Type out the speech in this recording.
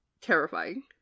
terrifying